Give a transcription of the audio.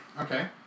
Okay